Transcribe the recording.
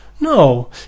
No